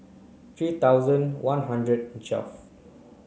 three thousand one hundred and twelve